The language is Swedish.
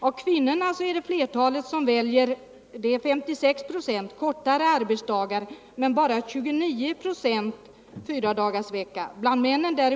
Av kvinnorna väljer fler Bland männen däremot väljer fler — 46 procent — den kortare arbetsveckan Torsdagen den i stället för kortare arbetsdag.